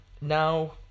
now